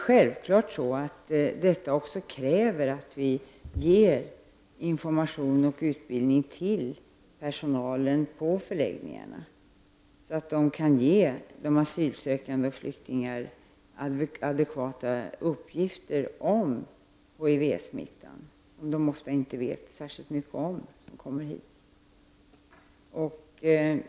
Självfallet kräver det att vi ger information och utbildning till personalen på förläggningarna, så att den kan ge asylsökande och flyktingar adekvata uppgifter om HIV-smittan. Ofta vet de inte särskilt mycket om den när de kommer hit.